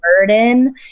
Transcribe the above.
burden